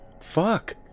Fuck